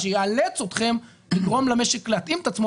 מה שיאלץ אתכם לגרום למשק להתאים את עצמו,